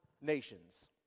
nations